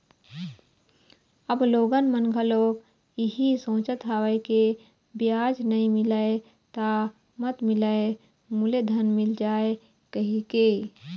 अब लोगन मन घलोक इहीं सोचत हवय के बियाज नइ मिलय त मत मिलय मूलेधन मिल जाय कहिके